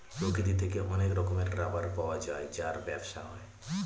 প্রকৃতি থেকে অনেক রকমের রাবার পাওয়া যায় যার ব্যবসা হয়